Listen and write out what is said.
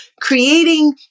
creating